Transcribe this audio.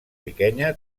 riquenya